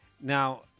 Now